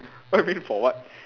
what you mean for what